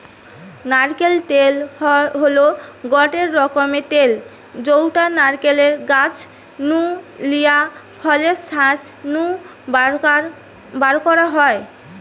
নারকেল তেল হল গটে রকমের তেল যউটা নারকেল গাছ নু লিয়া ফলের শাঁস নু বারকরা হয়